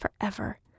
forever